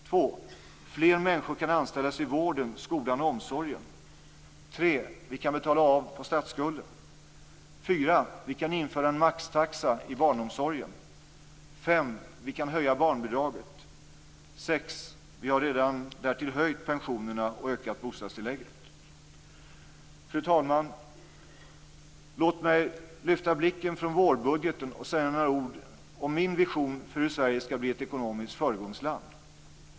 2. Fler människor kan anställas i vården, skolan och omsorgen. 3. Vi kan betala av på statsskulden. 4. Vi kan införa en maxtaxa i barnomsorgen. 5. Vi kan höja barnbidraget. 6. Vi har redan därtill höjt pensionerna och ökat bostadstillägget. Fru talman! Låt mig lyfta blicken från vårbudgeten och säga några ord om min vision av hur Sverige skall bli ett ekonomiskt föregångsland.